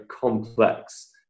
complex